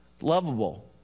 lovable